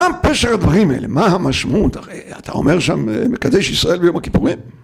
מה פשר הדברים האלה, מה המשמעות, הרי אתה אומר שם מקדש ישראל ויום הכיפורים